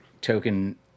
token